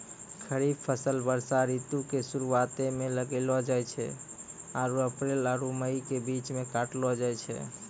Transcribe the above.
खरीफ फसल वर्षा ऋतु के शुरुआते मे लगैलो जाय छै आरु अप्रैल आरु मई के बीच मे काटलो जाय छै